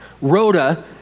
Rhoda